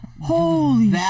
Holy